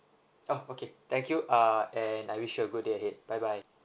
uh okay thank you uh and I wish you a good day ahead bye bye